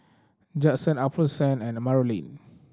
Judson Alphonsine and Marolyn